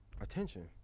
attention